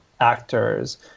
actors